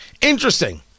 Interesting